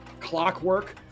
clockwork